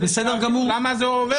כבוד.